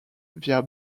via